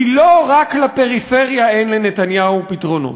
כי לא רק לפריפריה אין לנתניהו פתרונות,